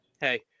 hey